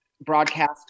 broadcast